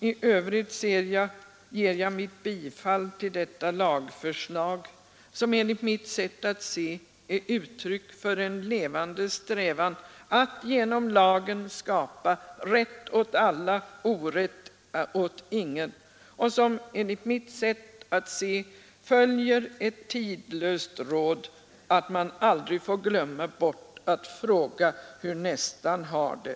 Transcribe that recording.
I övrigt ger jag mitt bifall till detta lagförslag som enligt mitt sätt att se är uttryck för en levande strävan att genom lagen skapa rätt åt alla, orätt åt ingen och som enligt mitt sätt att se följer ett tidlöst råd att man aldrig får glömma bort att fråga hur nästan har det.